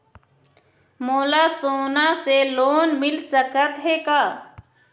मोला सोना से लोन मिल सकत हे का?